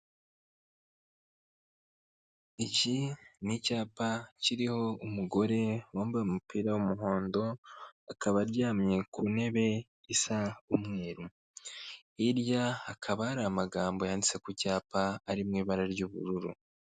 Iki ni icyapa kiriho umugore wambaye umupira w'umuhondo, akaba aryamye ku ntebe isa umweru, hirya hakaba hari amagambo yanditse ku cyapa ari mu ibara ry'ubururu.